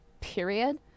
period